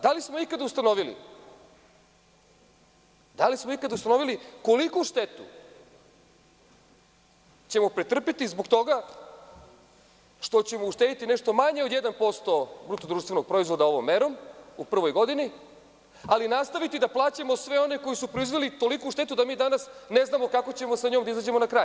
Da li smo ikada ustanovili koliku štetu ćemo pretrpeti zbog toga što ćemo uštedeti nešto manje od 1% BDP ovom merom u prvoj godini, ali nastaviti da plaćamo sve one koji su proizveli toliku štetu da mi danas ne znamo kako ćemo sa njom da izađemo na kraj?